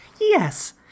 Yes